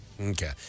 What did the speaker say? Okay